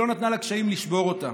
שלא נתנה לקשיים לשבור אותה,